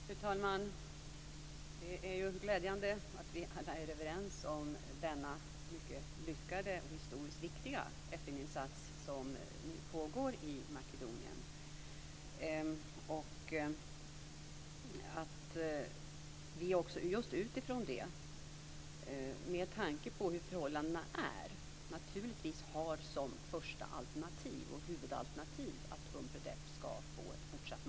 Fru talman! Det är glädjande att vi alla är överens om denna mycket lyckade och historiskt viktiga FN insats som nu pågår i Makedonien. Utifrån detta är vi naturligtvis också överens, med tanke på hur förhållandena är, om att som första alternativ ha ett fortsatt mandat för Unpredep.